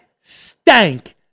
stank